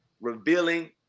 revealing